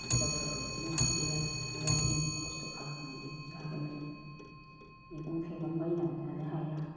गोदाव सोराव बिदिनो हा गैया हु गैया जों खस्थ' खालामनानै जाबोनाय मैगं थाइगं बायनानै जानो हाया